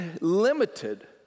limited